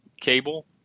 cable